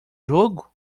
jogo